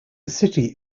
city